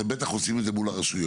אתם בטח עושים את זה מול הרשויות,